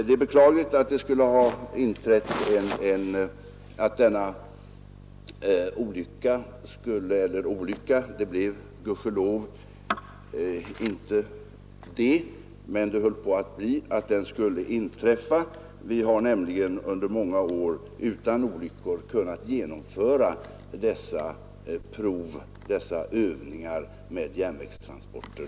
Det är beklagligt att denna olycka höll på att inträffa — gudskelov blev det ingen olycka. Vi har nämligen under många år utan olyckor kunnat genomföra dessa prov, dessa övningar med masstransporter.